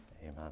amen